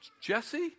Jesse